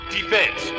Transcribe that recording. Defense